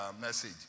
message